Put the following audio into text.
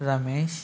Ramesh